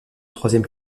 troisième